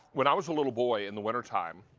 when i was a little boy in the wintertime,